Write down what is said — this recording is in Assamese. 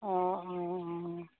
অঁ অঁ অঁ